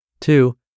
Two